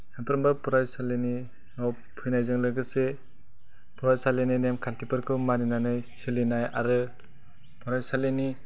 सानफ्रोमबो फरायसालिनियाव फैनायजों लोगोसे फरायसालिनि नेम खान्थिफोरखौ मानिनानै सोलिनाय आरो फरायसालिनि